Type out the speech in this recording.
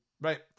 Right